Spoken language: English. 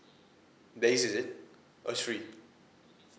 there is is it oh it's free